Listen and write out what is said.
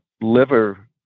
liver